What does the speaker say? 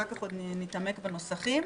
אחר כך נתעמק בנוסחים: